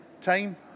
time